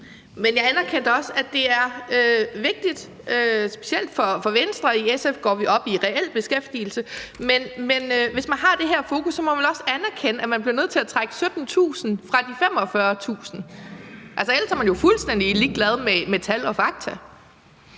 Men jeg anerkendte da også, at det er vigtigt, specielt for Venstre – i SF går vi op i reel beskæftigelse. Men hvis man har det her fokus, må man vel også anerkende, at man bliver nødt til at trække 17.000 fra de 45.000. Altså, ellers er man jo fuldstændig ligeglad med tal og fakta.